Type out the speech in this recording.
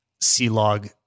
C-Log